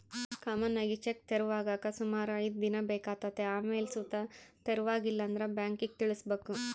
common ಆಗಿ cheque ತೆರವಾಗಾಕ ಸುಮಾರು ಐದ್ ದಿನ ಬೇಕಾತತೆ ಆಮೇಲ್ ಸುತ ತೆರವಾಗಿಲ್ಲಂದ್ರ ಬ್ಯಾಂಕಿಗ್ ತಿಳಿಸ್ಬಕು